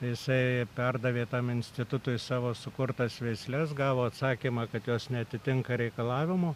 jisai perdavė tam institutui savo sukurtas veisles gavo atsakymą kad jos neatitinka reikalavimų